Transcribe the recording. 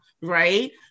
right